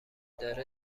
داره